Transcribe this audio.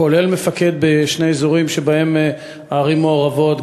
כולל מפקד בשני אזורים שבהם ערים מעורבות,